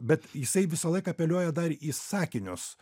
bet jisai visąlaik apeliuoja dar į sakinius